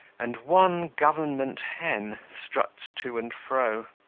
and one government hen struts to and fro.